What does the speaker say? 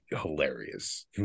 hilarious